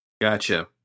Gotcha